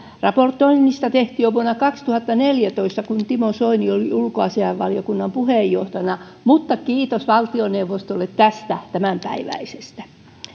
raportoinnista tehtiin jo vuonna kaksituhattaneljätoista kun timo soini oli ulkoasiainvaliokunnan puheenjohtajana mutta kiitos valtioneuvostolle tämänpäiväisestä